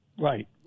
Right